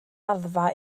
raddfa